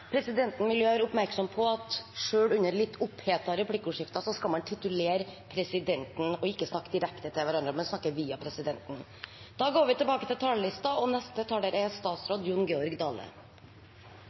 Presidenten vil gjøre oppmerksom på at selv under litt opphetede replikkordskifter skal man titulere presidenten og ikke snakke direkte til hverandre, men snakke via presidenten. Vår viktigaste felles utfordring i åra framover er å byggje sterke og berekraftige velferdssamfunn. Skal vi